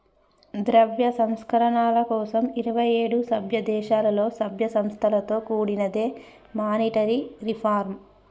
ద్రవ్య సంస్కరణల కోసం ఇరవై ఏడు సభ్యదేశాలలో, సభ్య సంస్థలతో కూడినదే మానిటరీ రిఫార్మ్